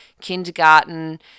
kindergarten